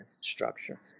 structure